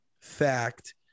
fact